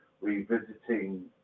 revisiting